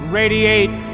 radiate